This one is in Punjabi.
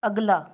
ਅਗਲਾ